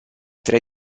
tre